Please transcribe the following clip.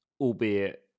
albeit